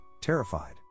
terrified